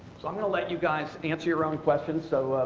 so i'm going to let you guys answer your own questions. so,